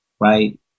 right